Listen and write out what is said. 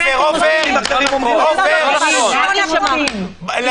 לא נכון.